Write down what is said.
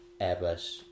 Airbus